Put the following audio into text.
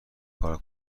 کار